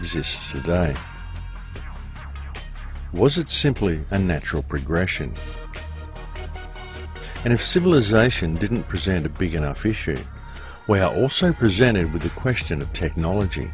exists today was it simply a natural progression and if civilization didn't present a big enough well sent presented with the question of technology